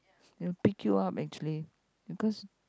it'll pick you up actually because